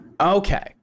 Okay